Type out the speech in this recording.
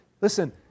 Listen